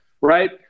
right